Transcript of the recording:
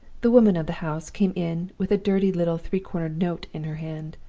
the woman of the house came in with a dirty little three-cornered note in her hand.